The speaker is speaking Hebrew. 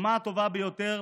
הדוגמה הטובה ביותר,